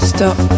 Stop